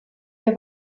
der